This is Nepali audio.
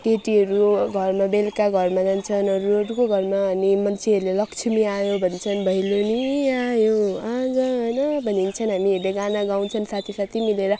केटीहरू घरमा बेलुका घरमा जान्छन् अरू अरूको घरमा अनि मान्छेहरूले लक्ष्मी आयौँ भन्छन् भैलेनी आयौँ आँगन भनिन्छन् हामीहरूले गाना गाउँछन् साथी साथी मिलेर